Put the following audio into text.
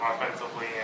offensively